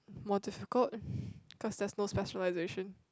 more difficult cause there's no specialization